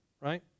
right